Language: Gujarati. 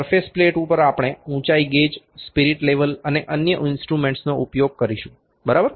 સરફેસ પ્લેટ પર આપણે ઉંચાઇ ગેજ સ્પિરિટ લેવલ અને અન્ય ઇન્સ્ટ્રુમેન્ટ્સનો ઉપયોગ કરીશું બરાબર